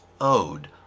owed